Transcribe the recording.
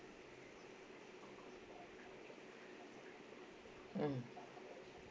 mm